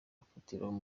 afatiraho